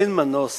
אין מנוס